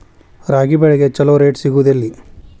ರಾಗಿ ಬೆಳೆಗೆ ಛಲೋ ರೇಟ್ ಸಿಗುದ ಎಲ್ಲಿ?